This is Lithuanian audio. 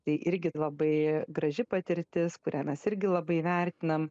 tai irgi labai graži patirtis kurią mes irgi labai vertinam